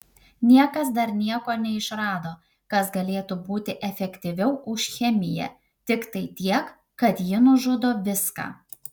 niekas dar nieko neišrado kas galėtų būti efektyviau už chemiją tiktai tiek kad ji nužudo viską